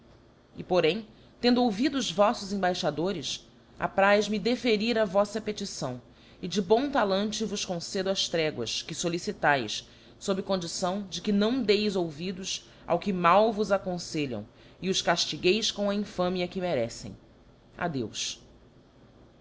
e porém tendo ouvido os voffos embaixadores aprazme deferir á voffa petição e de bom talante vos concedo as tréguas que fouicitaes ibb condição de que não deis ouvidos aos que mal vos aconfelham e os caíligueis com a infâmia que merecem adeus